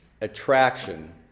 attraction